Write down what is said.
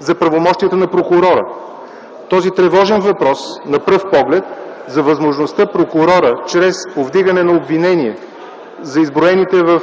за правомощията на прокурора. Този тревожен на пръв поглед въпрос – за възможността прокурорът чрез повдигане на обвинение за изброените в